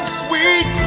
sweet